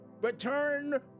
return